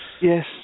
Yes